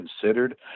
considered